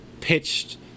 pitched